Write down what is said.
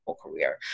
career